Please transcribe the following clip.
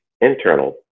internal